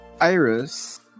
iris